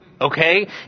Okay